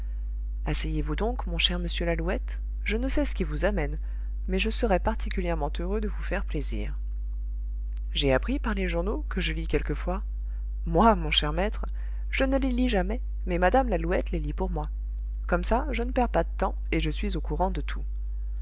asseyez-vous donc mon cher monsieur lalouette je ne sais ce qui vous amène mais je serais particulièrement heureux de vous faire plaisir j'ai appris par les journaux que je lis quelquefois moi mon cher maître je ne les lis jamais mais mme lalouette les lit pour moi comme ça je ne perds pas de temps et je suis au courant de tout